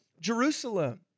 Jerusalem